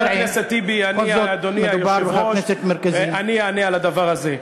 טיבי, אדוני היושב-ראש, אני אענה על הדבר הזה.